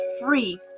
free